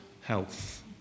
health